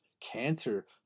cancer